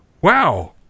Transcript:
Wow